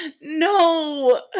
no